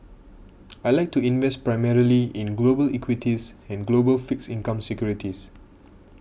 I like to invest primarily in global equities and global fixed income securities